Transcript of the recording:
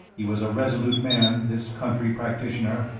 he was a resolute man, this country practitioner,